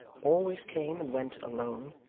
always came and went alone,